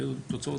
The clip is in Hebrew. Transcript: והיו תוצאות,